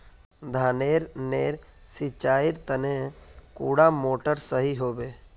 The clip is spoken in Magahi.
धानेर नेर सिंचाईर तने कुंडा मोटर सही होबे?